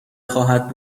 خواهد